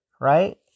right